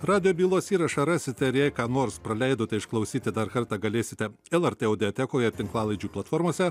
radijo bylos įrašą rasite ir jei ką nors praleidote išklausyti dar kartą galėsite lrt audiotekoje ir tinklalaidžių platformose